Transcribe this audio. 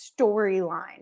storyline